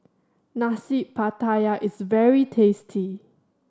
Nasi Pattaya is very tasty